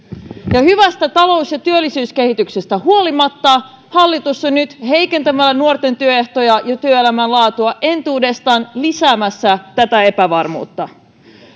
ja hyvästä talous ja työllisyyskehityksestä huolimatta hallitus on nyt heikentämällä nuorten työehtoja ja työelämän laatua entuudestaan lisäämässä tätä epävarmuutta